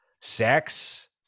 sex